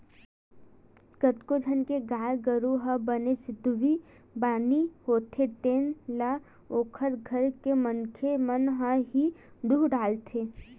कतको झन के गाय गरु ह बने सिधवी बानी होथे तेन ल ओखर घर के मनखे मन ह ही दूह डरथे